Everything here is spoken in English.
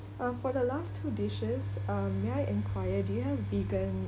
um for the last two dishes um may I inquire do you have vegan